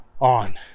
on